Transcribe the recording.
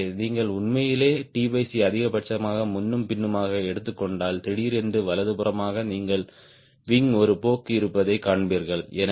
எனவே நீங்கள் உண்மையிலேயே அதிகபட்சமாக முன்னும் பின்னுமாக எடுத்துக்கொண்டால் திடீரென்று வலதுபுறமாக நிற்கும் விங் ஒரு போக்கு இருப்பதைக் காண்பீர்கள்